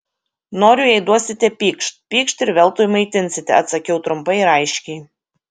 noriu jei duosite pykšt pykšt ir veltui maitinsite atsakiau trumpai ir aiškiai